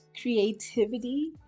creativity